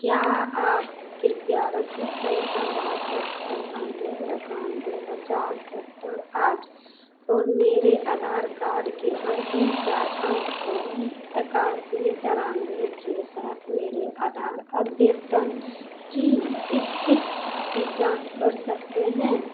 क्या आप कृपया रसीद सँख्या बासठ सत्तानवे एकानवे पचास पचपन आठ और मेरे आधार कार्ड के अन्तिम चार अंकों एकासी तेरानवे के साथ मेरे आधार अद्यतन की इस्थिति की जाँच कर सकते हैं